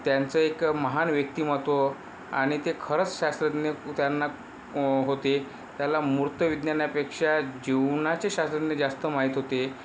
त्यांचं एक महान व्यक्तिमत्व आणि ते खरंच शास्त्रज्ञ त्यांना होते त्याला मूर्तविज्ञानापेक्षा जीवनाचे शास्त्रज्ञ जास्त माहीत होते